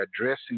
addressing